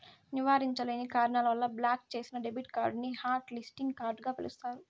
నివారించలేని కారణాల వల్ల బ్లాక్ చేసిన డెబిట్ కార్డుని హాట్ లిస్టింగ్ కార్డుగ పిలుస్తారు